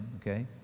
okay